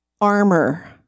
armor